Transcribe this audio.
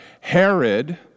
Herod